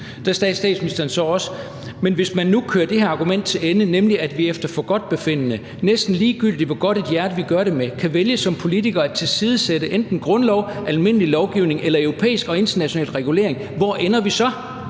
Da sagde statsministeren så også, at hvis man nu kører det her argument til ende, nemlig at vi efter forgodtbefindende, næsten ligegyldigt hvor godt et hjerte vi gør det med, kan vælge som politikere at tilsidesætte enten grundlov, almindelig lovgivning eller europæisk og international regulering, hvor ender vi så?